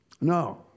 No